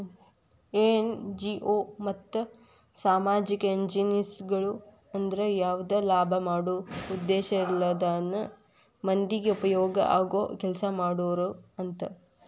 NGO ಮತ್ತ ಸಾಮಾಜಿಕ ಏಜೆನ್ಸಿಗಳು ಅಂದ್ರ ಯಾವದ ಲಾಭ ಮಾಡೋ ಉದ್ದೇಶ ಇರ್ಲಾರ್ದನ ಮಂದಿಗೆ ಉಪಯೋಗ ಆಗೋ ಕೆಲಸಾ ಮಾಡೋರು ಅಂತ